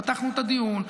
פתחנו את הדיון.